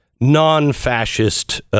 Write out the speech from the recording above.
non-fascist